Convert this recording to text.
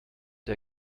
der